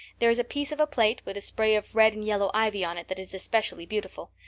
there's a piece of a plate with a spray of red and yellow ivy on it that is especially beautiful.